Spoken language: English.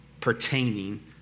pertaining